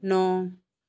ਨੌਂ